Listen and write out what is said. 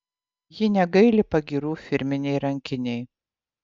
ji negaili pagyrų firminei rankinei